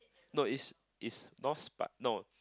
no is is lost but no